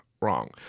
wrong